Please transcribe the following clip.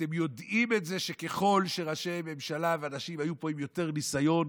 אתם יודעים את זה שככל שראשי ממשלה ואנשים היו פה עם יותר ניסיון,